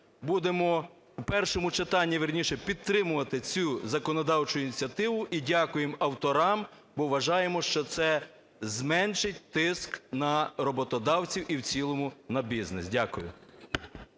будемо в першому читанні, вірніше, підтримувати цю законодавчу ініціативу. І дякуємо авторам, бо вважаємо, що це зменшить тиск на роботодавців і в цілому на бізнес. Дякую.